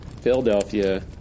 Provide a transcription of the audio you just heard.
Philadelphia